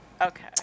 Okay